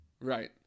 right